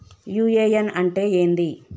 UAN అంటే ఏంది?